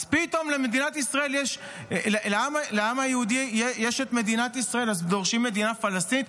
אז פתאום לעם היהודי יש את מדינת ישראל אז דורשים מדינה פלסטינית?